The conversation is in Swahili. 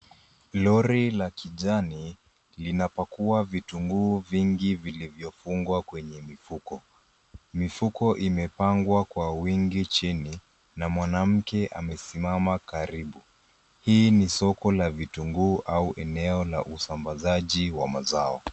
Lori la kijani linapakua vitunguu vingi vilivyofungwa kwenye mifuko. Mifuko imepangwa kwa wingi chini na mwanamke amesimama karibu. Hii ni soko la vitunguu au eneo la usambazaji wa mazao.